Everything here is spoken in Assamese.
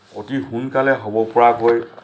অতি সোনকালে হ'ব পৰাকৈ